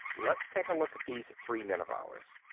let's take a look at these three men of ours.